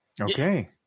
Okay